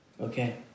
Okay